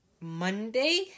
Monday